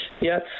Yes